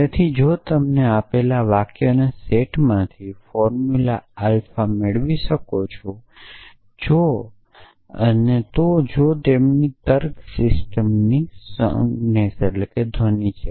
તેથી જો તમે આપેલા વાક્યોના સેટમાંથી ફોર્મુલા આલ્ફા મેળવી શકો છો તો જો તેમની તર્ક સિસ્ટમ ધ્વનિ છે